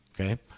okay